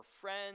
friends